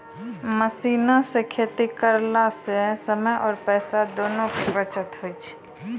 machine सॅ खेती करला स समय आरो पैसा दोनों के बचत होय छै